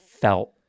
Felt